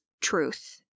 truth